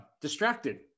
distracted